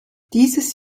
dieses